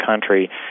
country